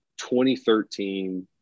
2013